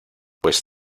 pues